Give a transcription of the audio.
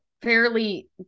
Fairly